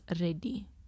ready